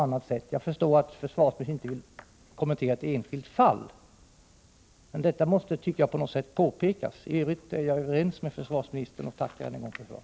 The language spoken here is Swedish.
Jag förstår att försvarsministern inte vill kommentera ett enskilt fall, men detta måste på något sätt påpekas, tycker jag. I övrigt är jag överens med försvarsministern och tackar än en gång för svaret.